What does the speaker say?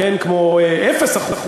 כמו 0%,